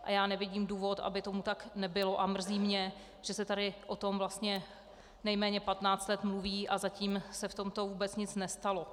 A já nevidím důvod, aby tomu tak nebylo, a mrzí mě, že se tady o tom vlastně nejméně 15 let mluví a zatím se v tomto vůbec nic nestalo.